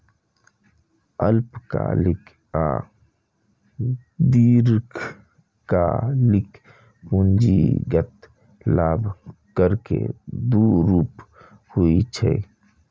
अल्पकालिक आ दीर्घकालिक पूंजीगत लाभ कर के दू रूप होइ छै